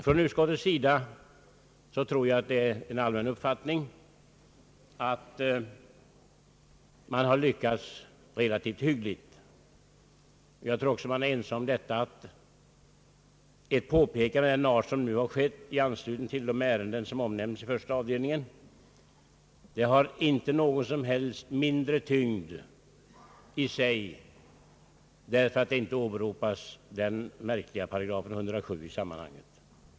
Jag tror att det är en allmän uppfattning i utskottet att man lyckats relativt hyggligt. Jag tror också att man är ense om att ett påpekande av den art, som nu har skett till de ärenden som omnämnts i första avdelningen, inte har mindre tyngd i sig därför ait den märkliga § 107 inte åberopas i sammanhanget.